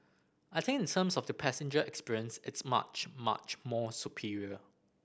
I think in terms of the passenger experience it's much much more superior